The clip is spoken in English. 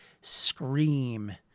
scream